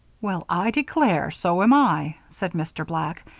well, i declare! so am i, said mr. black,